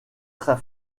très